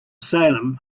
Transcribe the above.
salem